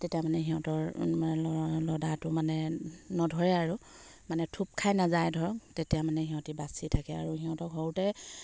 তেতিয়া মানে সিহঁতৰ লদাটো মানে নধৰে আৰু মানে থূপ খাই নাযায় ধৰক তেতিয়া মানে সিহঁতি বাচি থাকে আৰু সিহঁতক সৰুতে